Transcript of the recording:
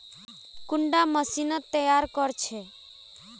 कुंडा मशीनोत तैयार कोर छै?